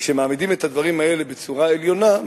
וכשמעמידים את הדברים האלה בצורה עליונה,